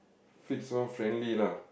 fix one friendly lah